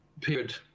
period